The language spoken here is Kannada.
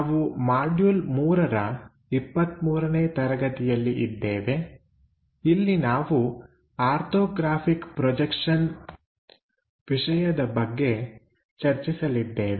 ನಾವು ಮಾಡ್ಯೂಲ್3 ರ 23 ನೇ ತರಗತಿಯಲ್ಲಿ ಇದ್ದೇವೆ ಇಲ್ಲಿ ನಾವು ಆರ್ಥೋಗ್ರಫಿಕ್ ಪ್ರೊಜೆಕ್ಷನ್ ವಿಷಯದ ಬಗ್ಗೆ ಚರ್ಚಿಸಲಿದ್ದೇವೆ